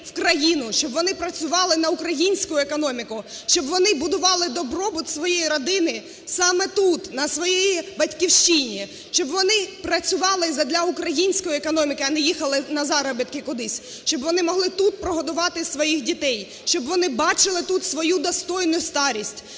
щоб вони працювали на українську економіку, щоб вони будували добробут своєї родини саме тут на своїй батьківщині, щоб вони працювали задля української економіки, а не їхали на заробітку кудись, щоб вони могли тут прогодувати своїх дітей, щоб вони бачили тут свою достойну старість,